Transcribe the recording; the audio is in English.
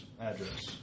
address